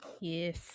Yes